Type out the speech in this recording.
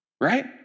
right